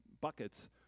buckets